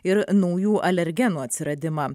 ir naujų alergenų atsiradimą